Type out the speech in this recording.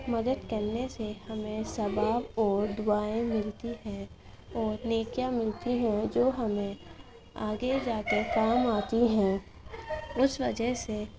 مدد کرنے سے ہمیں ثواب اور دعائیں ملتی ہیں اور نیکیاں ملتی ہیں جو ہمیں آگے جا کے کام آتی ہیں اس وجہ سے